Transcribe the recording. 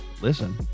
listen